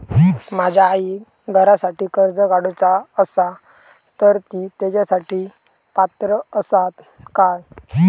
माझ्या आईक घरासाठी कर्ज काढूचा असा तर ती तेच्यासाठी पात्र असात काय?